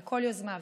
וכל יוזמה,